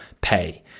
pay